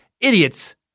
Idiots